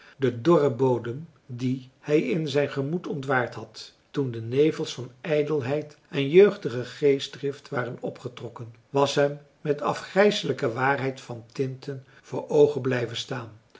de dorre bodem dien hij in zijn gemoed ontwaard had toen de nevels van ijdelheid en jeugdige geestdrift waren opgetrokken was hem met afgrijselijke waarheid van tinten voor oogen blijven staan